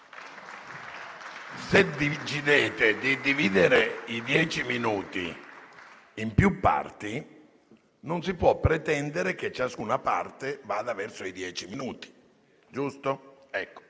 Se decidete di dividere i dieci minuti in più parti, non si può pretendere che ciascuna parte vada verso i dieci minuti. È iscritto